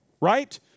Right